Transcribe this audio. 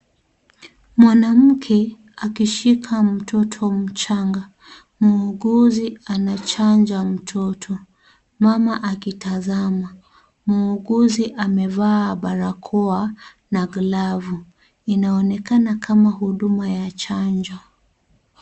Mwanamke akishika mtoto mchanga, muuguzi anachanja mtoto mama akitazama. Muuguzi amevaa barakoa na glavu, inaonekana kama huduma ya chanjo.